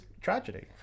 tragedy